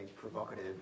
provocative